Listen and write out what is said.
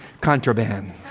contraband